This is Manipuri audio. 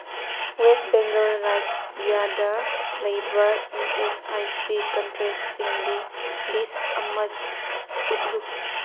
ꯋꯦꯁ ꯕꯦꯡꯒꯜ ꯔꯥꯖ꯭ꯌꯥꯗ ꯂꯩꯕ ꯏ ꯑꯦꯁ ꯑꯥꯏ ꯁꯤ ꯀꯟꯇ꯭ꯔꯦꯁꯤꯡꯒꯤ ꯂꯤꯁ ꯑꯃ ꯎꯠꯂꯨ